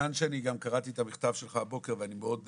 מכיוון שאני גם קראתי את המכתב שלך הבוקר ואני מאוד מזדהה,